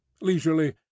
Leisurely